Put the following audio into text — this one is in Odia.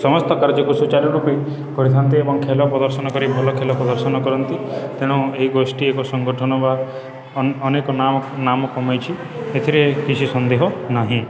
ସମସ୍ତ କାର୍ଯ୍ୟକୁ ସୂଚାରୁ ରୂପେ କରିଥାନ୍ତି ଏବଂ ଖେଲ ପ୍ରଦର୍ଶନ କରି ଭଲ ଖେଲ ପ୍ରଦର୍ଶନ କରନ୍ତି ତେଣୁ ଏହି ଗୋଷ୍ଠି ଏକ ସଂଗଠନ ବା ଅନ ଅନେକ ନାଁ ନାମ କମେଇଛି ଏଥିରେ କିଛି ସନ୍ଦେହ ନାହିଁ